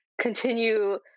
continue